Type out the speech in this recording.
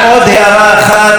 עוד הערה אחת,